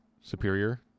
superior